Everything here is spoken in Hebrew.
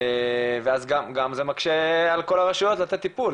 ואז זה גם מקשה על כל הרשויות לתת טיפול,